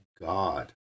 God